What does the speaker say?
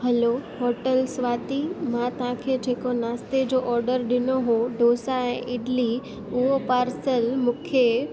हलो hotel Swati मां तव्हांखे जेको नास्ते जो जेको ऑडर ॾिनो हो डोसा ऐं इडली उहो पार्सल मूंखे